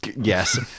Yes